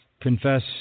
confess